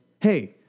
hey